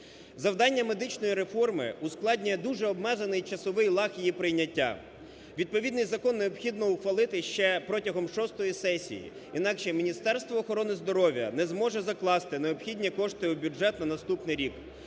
Завдання медичної реформи ускладнює дуже обмежений часовий лаг її прийняття. Відповідний закон необхідно ухвалити ще протягом шостої сесії, інакше Міністерство охорони здоров'я не зможе закласти необхідні кошти у бюджет на наступний рік,